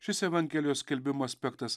šis evangelijos skelbimo aspektas